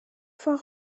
fois